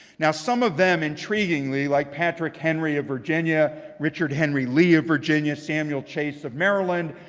now some of them intriguingly, like patrick henry of virginia, richard henry lee of virginia, samuel chase of maryland,